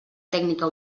tècnica